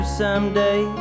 someday